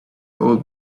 old